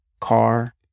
car